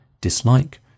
dislike